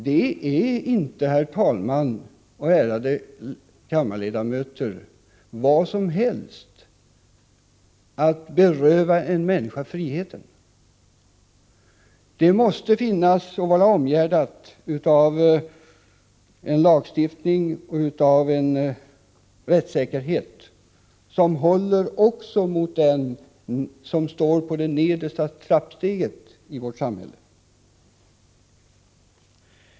Det är inte, herr talman och ärade kammarledamöter, vad som helst att beröva en människa friheten. Det måste vara omgärdat av en lagstiftning och av en rättssäkerhet som håller också mot den som står på det nedersta trappsteget i vårt samhälle.